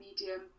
medium